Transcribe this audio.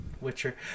witcher